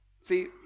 See